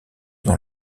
dans